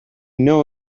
know